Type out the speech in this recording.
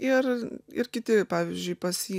ir ir kiti pavyzdžiui pas jį